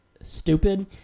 stupid